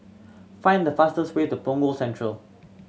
find the fastest way to Punggol Central